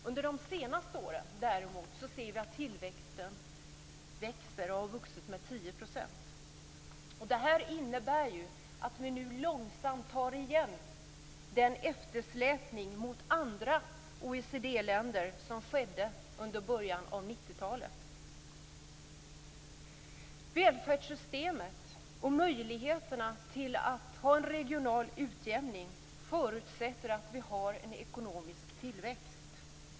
Under de senaste åren ser vi däremot att tillväxten ökar. Den har ökat med 10 %. Det innebär att vi nu långsamt tar igen den eftersläpning gentemot andra OECD-länder som skedde under början av 90-talet. Välfärdssystemet och möjligheterna att ha en regional utjämning förutsätter att vi har en ekonomisk tillväxt.